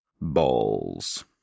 Balls